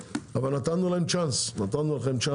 אבל נתנו לכם צ'אנס לטפל,